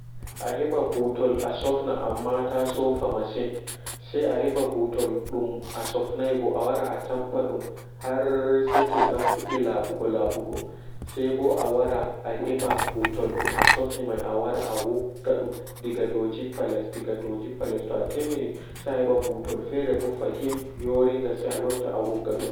A heɓa ɓutol ahofna amma taa sofna masin se aheɓa ɓutol dum asofnai se awara atappa dum harrrr seto fuddi laɓugo laɓugo seɓo aheɓa ɓutol dum afuddi sofnugo se ameta aheɓa ɓutol fere ɓo fahin yoringa se meta awogga dum.